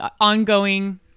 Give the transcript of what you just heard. ongoing